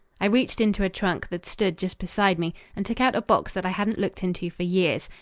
i reached into a trunk that stood just beside me and took out a box that i hadn't looked into for years.